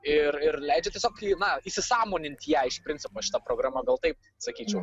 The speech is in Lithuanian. ir ir leidžia tiesiog na įsisąmonint ją iš principo šita programa gal taip sakyčiau